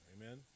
amen